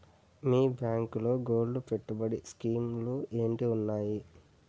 మీ బ్యాంకులో గోల్డ్ పెట్టుబడి స్కీం లు ఏంటి వున్నాయి?